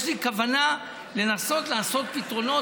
יש כוונה לנסות לעשות פתרונות,